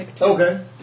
Okay